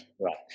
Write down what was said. right